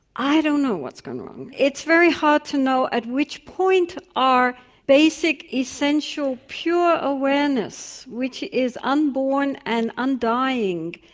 i don't know what's gone wrong. it's very hard to know at which point our basic essential pure awareness which is unborn and undying